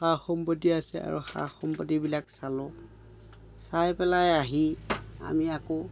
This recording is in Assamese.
সা সম্পত্তি আছে আৰু সা সম্পত্তিবিলাক চালোঁ চাই পেলাই আহি আমি আকৌ